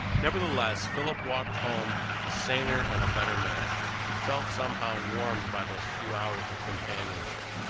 nevertheless, philip walked home a saner and a better man. he felt somehow warmed by those few hours of companionship.